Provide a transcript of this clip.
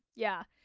yeah.